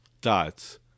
dots